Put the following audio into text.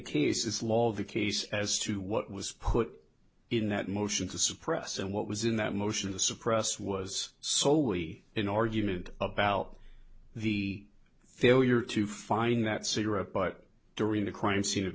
cases law the case as to what was put in that motion to suppress and what was in that motion to suppress was so we an argument about the failure to find that cigarette butt during the crime